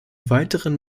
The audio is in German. weiteren